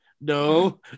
no